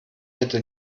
hätte